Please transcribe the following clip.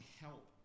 help